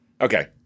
Okay